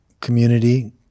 community